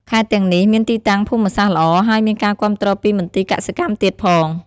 ខេត្តទាំងនេះមានទីតាំងភូមិសាស្ត្រល្អ ហើយមានការគាំទ្រពីមន្ទីរកសិកម្មទៀតផង។